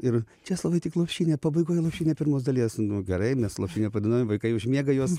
ir česlovai tik lopšinė pabaigoj lopšinė pirmos dalies nu gerai mes lopšinę padainuojam vaikai užmiega juos